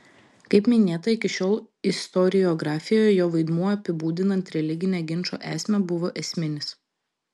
kaip minėta iki šiol istoriografijoje jo vaidmuo apibūdinant religinę ginčo esmę buvo esminis